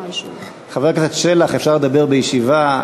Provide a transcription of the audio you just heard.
חבר הכנסת שלח, אפשר לדבר בישיבה.